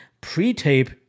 Pre-tape